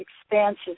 expansive